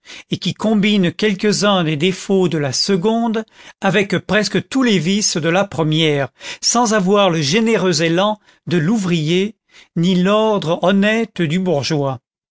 et qui combine quelques-uns des défauts de la seconde avec presque tous les vices de la première sans avoir le généreux élan de l'ouvrier ni l'ordre honnête du bourgeois